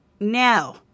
Now